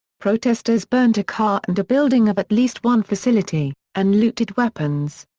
protesters burnt a car and a building of at least one facility, and looted weapons.